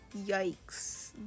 Yikes